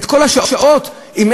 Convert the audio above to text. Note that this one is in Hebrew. אם אין לה השעות המלאות,